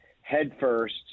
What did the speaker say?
headfirst